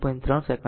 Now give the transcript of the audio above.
તેથી t 0